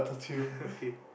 okay